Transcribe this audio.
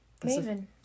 Maven